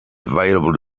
available